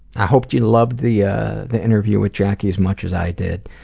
i hope you loved the ah the interview with jackie as much as i did.